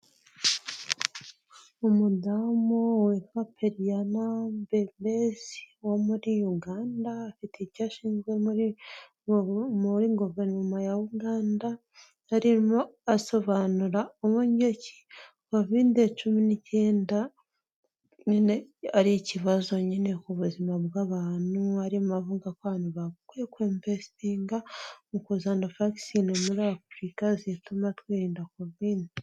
Umudamu witwa Perian belez wo muri Uganda, afite icyo ashinzwe muri guverinoma ya Uganda, arimo asobanu uburyo ki Covid cumi n'icyenda, nyine ari ikibazo nyine ku buzima bw'abantu, arimo avuga ko abantu bakwiye kwimvestinga mu kuzana vagisine muri Afurika, zituma twirinda Covid.